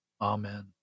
Amen